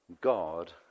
God